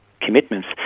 commitments